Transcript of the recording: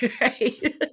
Right